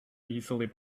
easily